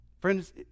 Friends